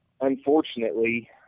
Unfortunately